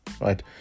right